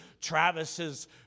Travis's